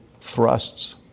thrusts